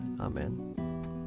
Amen